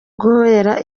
guhera